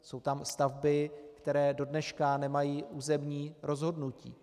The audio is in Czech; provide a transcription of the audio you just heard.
Jsou tam stavby, které dodneška nemají územní rozhodnutí.